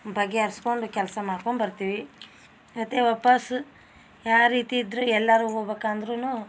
ಬಗೆ ಹರ್ಸ್ಕೊಂಡು ಕೆಲಸ ಮಾಡ್ಕೊಂಡು ಬರ್ತೀವಿ ಮತ್ತು ವಾಪಾಸ್ ಯಾ ರೀತಿ ಇದ್ದರೂ ಎಲ್ಲರು ಹೋಗ್ಬೇಕು ಅಂದರೂನು